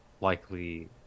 likely